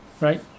right